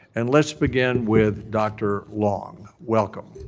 and let's begin with dr. long, welcome.